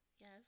Yes